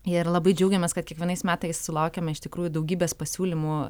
ir labai džiaugiamės kad kiekvienais metais sulaukiame iš tikrųjų daugybės pasiūlymų